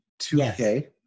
2K